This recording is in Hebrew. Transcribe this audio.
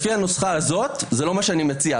לפי הנוסחה הזאת זה לא מה שאני מציע,